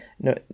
no